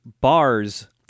bars